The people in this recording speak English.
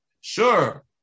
Sure